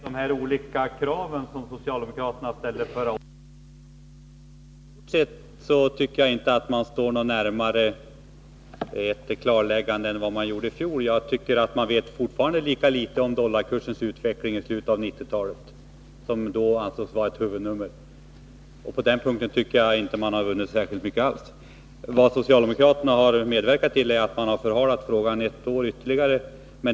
Herr talman! I fråga om de olika krav som socialdemokraterna ställer, tycker jag att man istort sett inte står närmare ett klarläggande än man gjorde i fjol. Man vet fortfarande lika litet om dollarkursens utveckling i slutet av 1990-talet, som då ansågs vara ett huvudnummer. På den punkten tycker jag inte man har vunnit särskilt mycket alls. Vad socialdemokraterna har medverkat till är att förhala frågan ytterligare ett år.